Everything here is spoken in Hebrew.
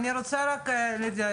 אני רוצה לדייק,